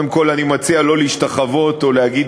קודם כול אני מציע לא להשתחוות או להגיד